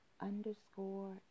underscore